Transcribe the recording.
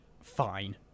fine